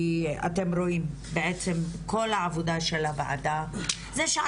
כי אתם רואים בעצם כל העבודה של הוועדה זה...